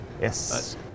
Yes